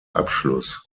abschluss